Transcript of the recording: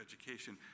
education